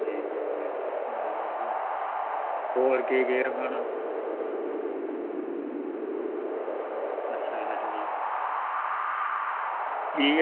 होर केह् केह् रक्खना ठीक ऐ